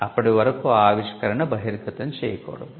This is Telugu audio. అప్పటి వరకు ఆ ఆవిష్కరణను బహిర్గతం చేయకూడదు